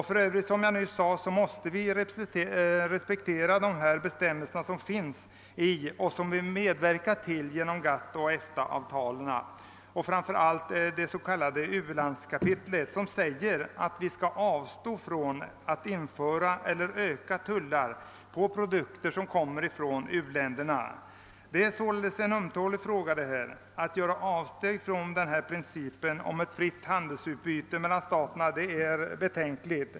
För övrigt måste vi, som jag nyss nämnde, respektera de bestämmelser som föreligger i GATT och EFTA avtalen och till vilkas tillkomst vi har medverkat. Det gäller framför allt det s.k. u-landskapitlet, som säger att vi skall avstå från att införa eller öka tullar på produkter som kommer från uländerna. Att göra avsteg från principen om ett fritt handelsutbyte mellan staterna är betänkligt.